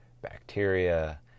bacteria